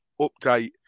update